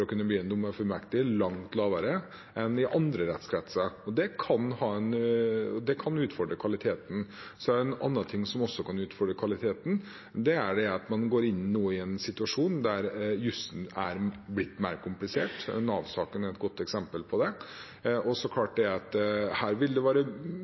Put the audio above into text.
å bli dommerfullmektig langt lavere enn i andre rettskretser. Det kan utfordre kvaliteten. En annen ting som også kan utfordre kvaliteten, er det at man nå går inn i en situasjon der jussen er blitt mer komplisert. Nav-saken er et godt eksempel på det. Det er klart at her vil det være